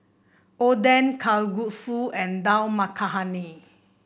Oden Kalguksu and Dal Makhani